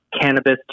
cannabis